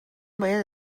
باید